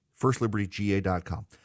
FirstLibertyGA.com